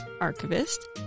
archivist